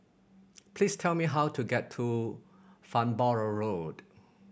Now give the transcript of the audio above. please tell me how to get to Farnborough Road